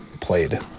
played